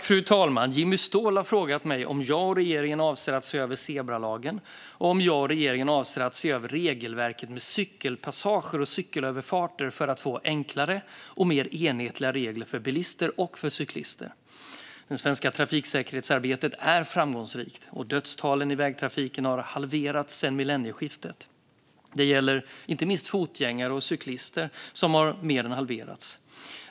Fru talman! Jimmy Ståhl har frågat mig om jag och regeringen avser att se över zebralagen och om jag och regeringen avser att se över regelverket med cykelpassager och cykelöverfarter för att få enklare och mer enhetliga regler för bilister och cyklister. Det svenska trafiksäkerhetsarbetet är framgångsrikt. Dödstalen i vägtrafiken har halverats sedan millennieskiftet, och när det gäller fotgängare och cyklister har de mer än halverats.